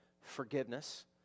forgiveness